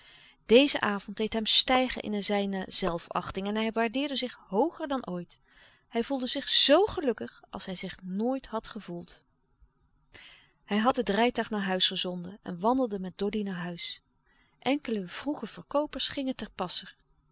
deze avond deed hem stijgen in zijne zelfachting en hij waardeerde zich hooger dan ooit hij voelde zich zoo gelukkig als hij zich nooit had gevoeld hij had het rijtuig naar huis gezonden en wandelde met doddy naar huis enkele vroege verkoopers gingen ter passer